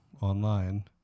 online